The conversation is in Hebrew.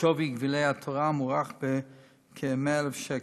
שווי גווילי התורה מוערך ב-100,000 שקל,